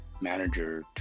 manager